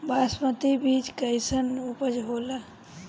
बासमती बीज कईसन उपज होला?